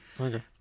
Okay